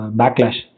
backlash